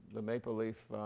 the maple leaf